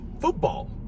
football